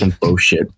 bullshit